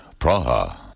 Praha